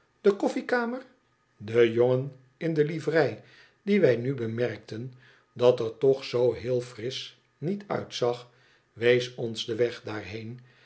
de koffiekamer de jongen in de livrei die wij nu bemerkten dat er toch zoo heel frisch niet uitzag wees ons den weg daarheen